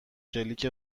شلیک